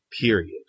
period